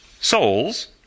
souls